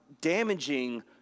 damaging